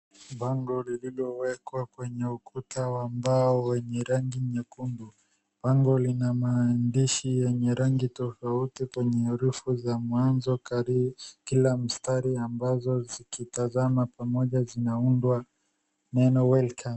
Bango lililowekwa kwenye ukuta wa ambao wenye rangi nyekundu. Bango lina maandishi yenye rangi tofauti kwenye herufi za mwanzo. Kila mstari ambazo zikitazama pamoja zinaundwa neno welcome .